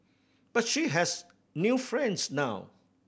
but she has new friends now